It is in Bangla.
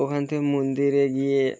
ওখান থেকে মন্দিরে গিয়ে